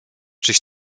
czyś